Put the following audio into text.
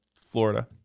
Florida